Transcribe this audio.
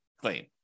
claim